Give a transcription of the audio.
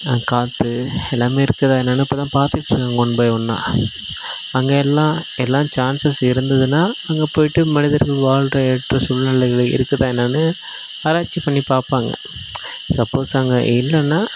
காற்று எல்லாமே இருக்குதா என்னன்னு இப்போ தான் பார்த்துட்டு இருக்காங்க ஒன் பை ஒன்னா அங்கே எல்லாம் எல்லாம் சான்ச்சஸ் இருந்ததுன்னா அங்கே போய்ட்டு மனிதர்கள் வாழ்கிற ஏற்ற சூழ்நிலைகள் இருக்குதா என்னன்னு ஆராய்ச்சி பண்ணி பார்ப்பாங்க சப்போஸ் அங்கே இல்லைன்னா